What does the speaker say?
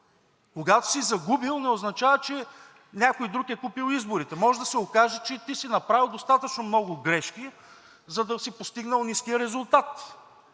Когато си загубил, не означава, че някой друг е купил изборите. Може да се окаже, че и ти си направил достатъчно много грешки, за да си постигнал ниския резултат,